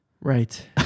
Right